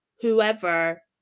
whoever